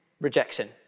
rejection